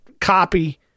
copy